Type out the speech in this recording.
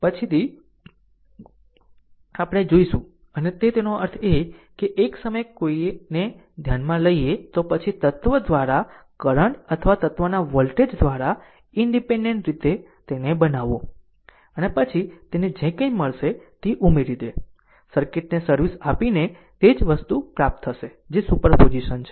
આમ પછીથી આપણે જોઈશું અને તે તેનો અર્થ એ કે જો એક સમયે કોઈને ધ્યાનમાં લઈએ તો પછી તત્વ દ્વારા કરંટ અથવા તત્વના વોલ્ટેજ દ્વારા ઈનડીપેન્ડેન્ટ રીતે તેને બનાવવું અને પછી તેને જે કાંઈ મળશે તે ઉમેરી દે સર્કિટને સર્વિસ આપીને તે જ વસ્તુ પ્રાપ્ત થશે જે સુપરપોઝિશન છે